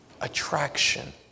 attraction